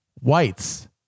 whites